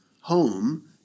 Home